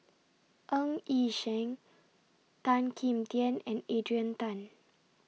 Ng Yi Sheng Tan Kim Tian and Adrian Tan